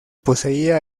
poseía